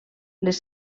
les